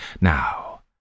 Now